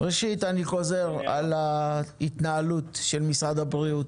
אני חושב על ההתנהלות של משרד הבריאות,